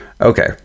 okay